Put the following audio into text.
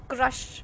Crush